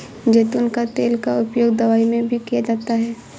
ज़ैतून का तेल का उपयोग दवाई में भी किया जाता है